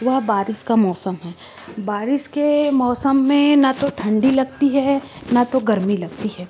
वह बारिश का मौसम है बारिश के मौसम में ना तो ठण्डी लगती है ना तो गर्मी लगती है